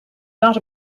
not